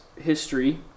history